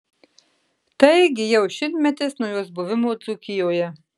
taigi jau šimtmetis nuo jos buvimo dzūkijoje